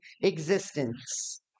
existence